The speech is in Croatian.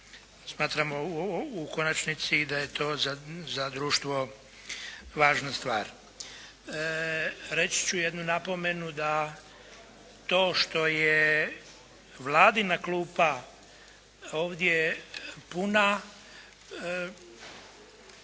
smatramo u konačnici da je to za društvo važna stvar. Reći ću jednu napomenu da to što je Vladina klupa ovdje puna